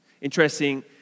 Interesting